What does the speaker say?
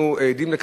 אנחנו עדים לכך,